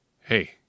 Hey